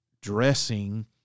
dressing